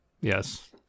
yes